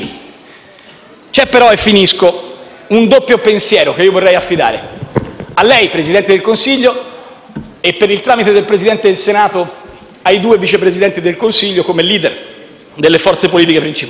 C'è, però - e finisco - un doppio pensiero che vorrei affidare a lei, Presidente del Consiglio e, per il tramite del Presidente del Senato, ai due Vice Presidenti del Consiglio come *leader* delle forze politiche principali.